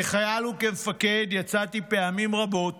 כחייל וכמפקד יצאתי פעמים רבות